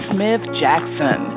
Smith-Jackson